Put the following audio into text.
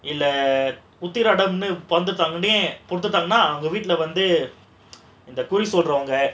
இல்ல உத்திராடம்னு பொறந்துட்ட உடனே கொடுத்துட்டாங்கனா அவங்க வீட்ல வந்து இந்த குறி சொல்றவங்க:illa uthiraadamnu poranthutta udanae koduthutaanganaa avanga veetla vandhu indha kuri solravanga